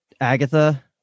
Agatha